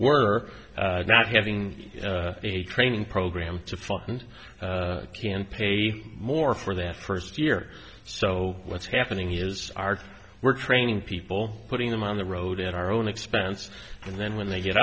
we're not having a training program to fund can pay more for that first year so what's happening here is are we're training people putting them on the road in our own expense and then when they get